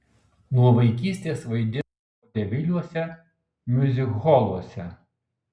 nuo vaikystės vaidino vodeviliuose miuzikholuose